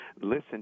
listen